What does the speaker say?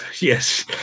yes